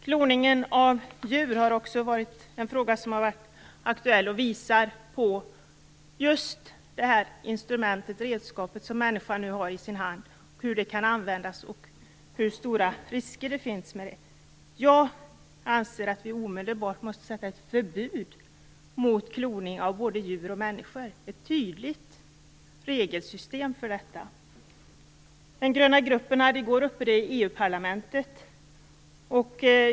Kloningen av djur har också varit en aktuell fråga, som visar på hur just redskapet som människan nu har i sin hand kan användas och hur stora riskerna är med detta. Jag anser att vi omedelbart måste förbjuda kloning av både djur och människor och göra ett tydligt regelsystem för detta. Frågan togs upp i går av den gröna gruppen i EU-parlamentet.